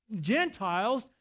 Gentiles